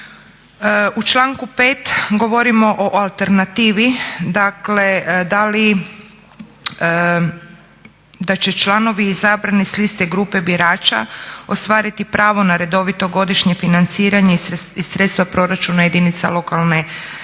U članku 5. govorimo o alternativi, dakle da li, da će članovi izabrani sa liste grupe birača ostvariti pravo na redovito godišnje financiranje iz sredstva proračuna jedinica lokalne i